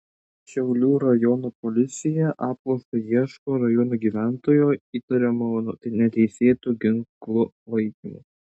šiaulių rajono policija apklausai ieško rajono gyventojo įtariamo neteisėtu ginklu laikymu